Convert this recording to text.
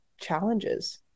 challenges